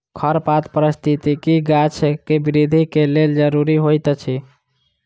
खरपात पारिस्थितिकी गाछ के वृद्धि के लेल ज़रूरी होइत अछि